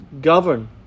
govern